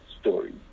story